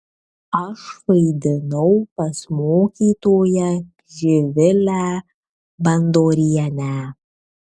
aš vaidinau pas mokytoją živilę bandorienę